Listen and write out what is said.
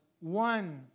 one